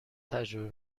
تجربه